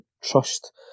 trust